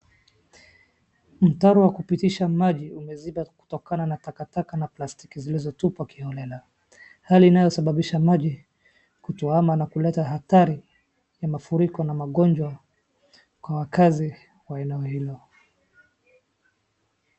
Mtaro wakupitisha maji umeziba kutokana na takataka na plastiki zilizotupwa kiholela. Hali inayosababisha maji kutuama na kuleta hatari ya mafuriko na magonjwa kwa wakazi wa eneo hilo.